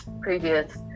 previous